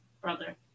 brother